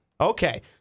Okay